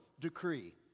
decree